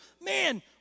Man